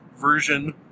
version